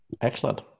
Excellent